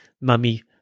mummy